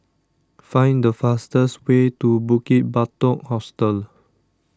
find the fastest way to Bukit Batok Hostel